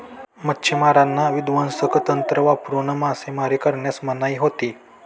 मच्छिमारांना विध्वंसक तंत्र वापरून मासेमारी करण्यास मनाई होती